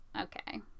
okay